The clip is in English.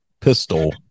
pistol